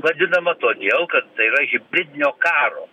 vadinama todėl kad tai yra hibridinio karo